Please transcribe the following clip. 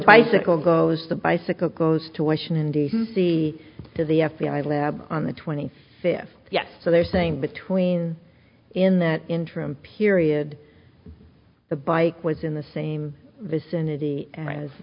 bicycle goes the bicycle goes to washington d c to the f b i lab on the twenty fifth yes so they're saying between in the interim period the bike was in the same vicinity as